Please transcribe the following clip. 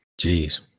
Jeez